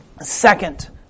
Second